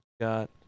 got